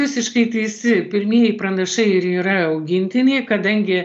visiškai teisi pirmieji pranašai ir yra augintiniai kadangi